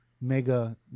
mega